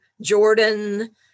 Jordan